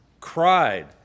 cried